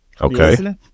okay